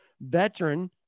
veteran